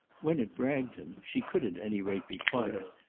when at bragton she could at any rate be quiet,